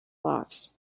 blocks